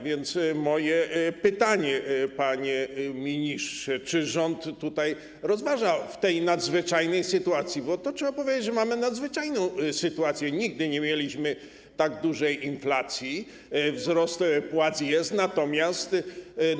A więc moje pytanie, panie ministrze, brzmi: Czy rząd rozważa w tej nadzwyczajnej sytuacji, bo trzeba powiedzieć, że mamy nadzwyczajną sytuację, nigdy nie mieliśmy tak dużej inflacji, jest wzrost płac, natomiast